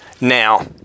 Now